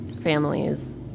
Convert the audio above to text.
families